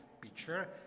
picture